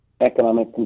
economic